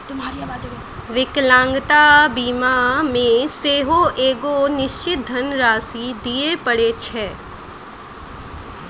विकलांगता बीमा मे सेहो एगो निश्चित धन राशि दिये पड़ै छै